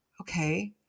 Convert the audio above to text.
okay